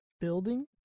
building